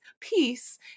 peace